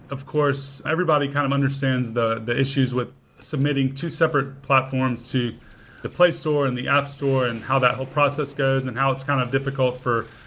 of course, everybody kind of understands the the issues with submitting two separate platforms to the play store and the app store and how that whole process goes and how it's kind of difficult for,